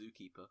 zookeeper